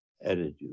attitude